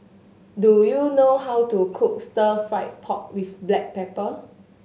do you know how to cook Stir Fried Pork With Black Pepper